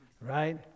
right